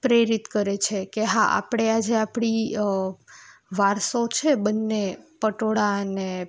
પ્રેરિત કરે છે કે હા આપણે આજે આપણી વારસો છે બંને પટોળા અને